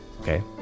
okay